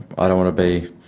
i don't want to be